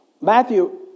Matthew